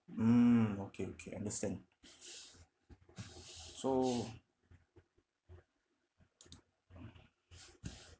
mm okay okay understand so